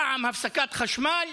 פעם ניתוק חשמל